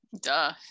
Duh